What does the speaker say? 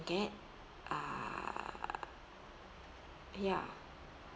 get uh ya